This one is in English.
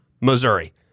Missouri